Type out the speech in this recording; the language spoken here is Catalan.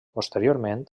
posteriorment